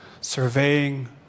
surveying